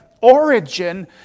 origin